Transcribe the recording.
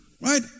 right